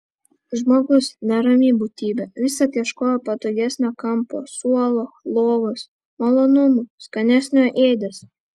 žmogus nerami būtybė visad ieškojo patogesnio kampo suolo lovos malonumų skanesnio ėdesio